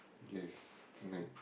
yes tonight